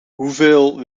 hoeveel